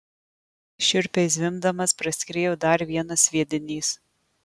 šiurpiai zvimbdamas praskriejo dar vienas sviedinys